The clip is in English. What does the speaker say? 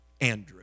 Andrew